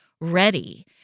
ready